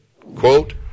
Quote